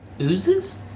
Oozes